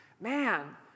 man